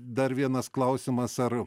dar vienas klausimas ar